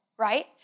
right